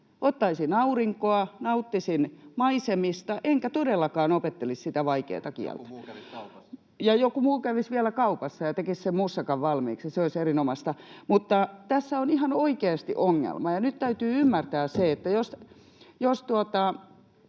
Ottaisin aurinkoa, nauttisin maisemista enkä todellakaan opettelisi sitä vaikeata kieltä. [Ari Koponen: Joku muu kävisi kaupassa!] — Ja joku muu kävisi vielä kaupassa ja tekisi sen moussakan valmiiksi. Se olisi erinomaista. Tässä on ihan oikeasti ongelma. Nyt täytyy ymmärtää se, että jos